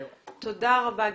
תודה רבה.